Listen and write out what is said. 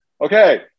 Okay